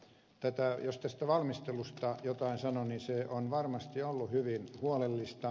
jos valmistelusta jotain sanon niin se on varmasti ollut hyvin huolellista